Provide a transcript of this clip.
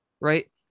right